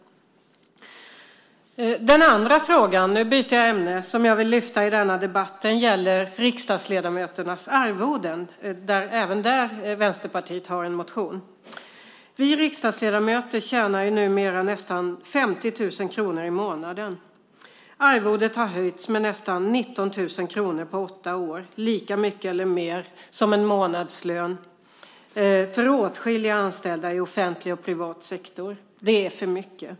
Den andra frågan - nu byter jag ämne - som jag vill lyfta fram i denna debatt gäller riksdagsledamöternas arvoden. Även där har Vänsterpartiet en motion. Vi riksdagsledamöter tjänar ju numera nästan 50 000 kr i månaden. Arvodet har höjts med nästan 19 000 kr på åtta år - lika mycket eller mer som en månadslön för åtskilliga anställda i offentlig och privat sektor. Det är för mycket.